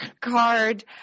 card